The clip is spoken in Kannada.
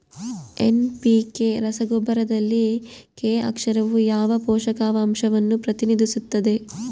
ಎನ್.ಪಿ.ಕೆ ರಸಗೊಬ್ಬರದಲ್ಲಿ ಕೆ ಅಕ್ಷರವು ಯಾವ ಪೋಷಕಾಂಶವನ್ನು ಪ್ರತಿನಿಧಿಸುತ್ತದೆ?